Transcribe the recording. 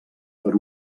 per